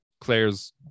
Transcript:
Claire's